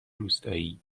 روستایی